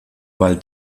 bald